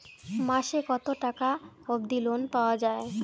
মাসে কত টাকা অবধি লোন পাওয়া য়ায়?